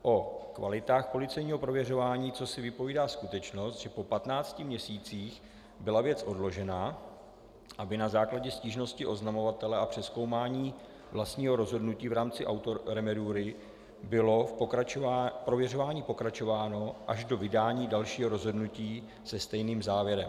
O kvalitách policejního prověřování cosi vypovídá skutečnost, že po 15 měsících byla věc odložena, aby na základě stížnosti oznamovatele a přezkoumání vlastního rozhodnutí v rámci autoremedury bylo v prověřování pokračováno až do vydání dalšího rozhodnutí se stejným závěrem.